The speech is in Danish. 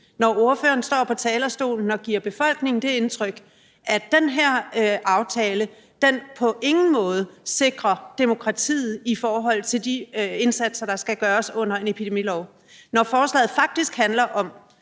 når ordføreren står på talerstolen og giver befolkningen det indtryk, at den her aftale på ingen måde sikrer demokratiet i forhold til de indsatser, der skal gøres under en epidemilov, selv om forslaget faktisk handler om,